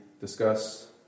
discuss